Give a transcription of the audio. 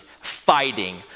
fighting